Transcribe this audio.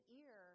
ear